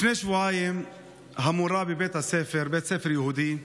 לפני שבועיים המורה בבית הספר, בית ספר יהודי,